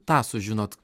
tą sužinot